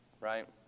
right